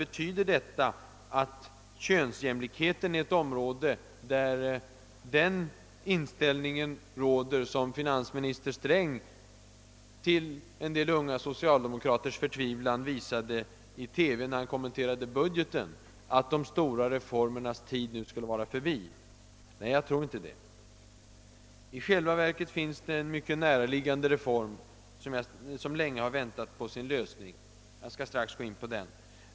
Betyder detta att könsjämlikheten är ett område där den inställning råder som finansminister Sträng — till en del unga socialdemokraters förtvivlan — visade i TV när han kommenterade budgeten: att de stora reformernas tid nu skulle vara förbi? Nej, jag tror inte det. I själva verket finns det en mycket näraliggande reform, som länge har väntat på sitt förverkligande — jag skall strax gå in på den saken.